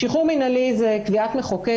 שחרור מינהלי זה קביעת מחוקק,